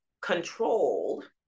controlled